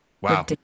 Wow